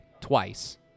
twice